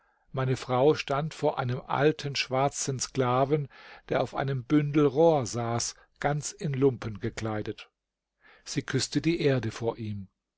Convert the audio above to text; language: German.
meine frau stand vor einem alten schwarzen sklaven der auf einem bündel rohr saß ganz in lumpen gekleidet sie küßte die erde vor ihm